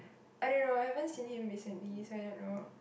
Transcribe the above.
I don't know haven't seen him recently so I don't know